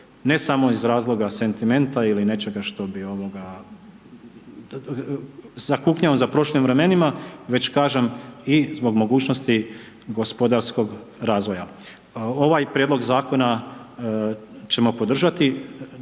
ne samo iz razloga sentimenta ili nečega što bi zakuknjao za prošlim vremenima već kažem i zbog mogućnosti gospodarskog razvoja. Ovaj prijedlog zakona ćemo podržati,